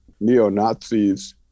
neo-Nazis